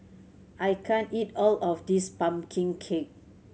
I can't eat all of this pumpkin cake